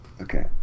Okay